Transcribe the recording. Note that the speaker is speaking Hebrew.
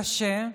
קשה,